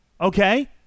okay